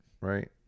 Right